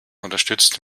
unterstützt